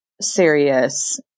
serious